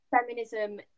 feminism